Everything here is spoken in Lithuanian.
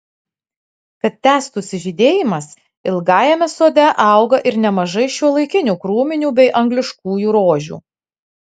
kad tęstųsi žydėjimas ilgajame sode auga ir nemažai šiuolaikinių krūminių bei angliškųjų rožių